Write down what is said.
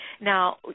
Now